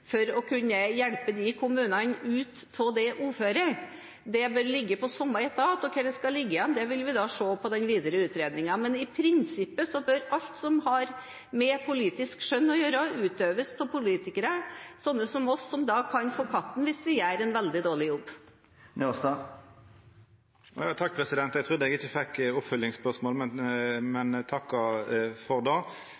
for å kunne hjelpe de kommunene ut av det uføret. Det bør ligge hos samme etat, og hvor det skal ligge hen, vil vi se på i den videre utredningen. Men i prinsippet bør alt som har med politisk skjønn å gjøre, utøves av politikere – sånne som oss, som kan få katten hvis vi gjør en veldig dårlig jobb. Eg trudde ikkje eg fekk stille eit nytt oppfølgingsspørsmål, men